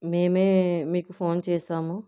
మేమే మీకు ఫోన్ చేశాము